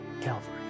calvary